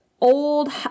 old